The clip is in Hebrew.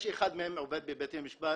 יש אחד מהם שעובד בבתי משפט?